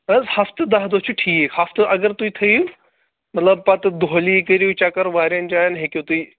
نہ حظ ہَفتہٕ دَہ دۄہ چھِ ٹھیٖک ہفتہٕ اگر تُہۍ تھٲیِو مطلب پَتہٕ دۄہلی کٔرِو چکر واریاہَن جایَن ہیٚکِو تُہۍ